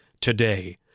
Today